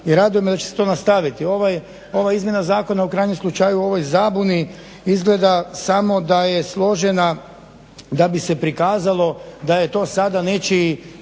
I raduje me da će se to nastaviti. Ova izmjena zakona u krajnjem slučaju u ovoj zabuni izgleda samo da je složena da bi se prikazalo da je to sada nečiji